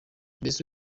mbese